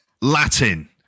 latin